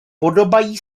podobají